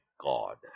God